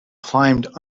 climbed